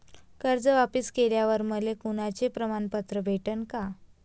कर्ज वापिस केल्यावर मले कोनचे प्रमाणपत्र भेटन का?